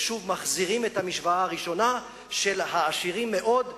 ושוב מחזירים את המשוואה הראשונה של העשירים מאוד,